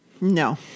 No